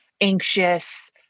anxious